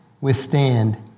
withstand